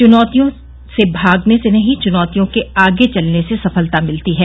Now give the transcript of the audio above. चुनौतियों से भागने से नहीं चुनौतियों के आगे चलने से सफलता मिलती है